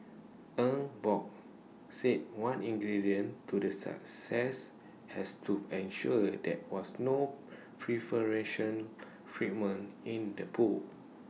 Eng Bock said one ingredient to the success has to ensure there was no preferential treatment in the pool